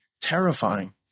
terrifying